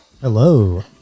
Hello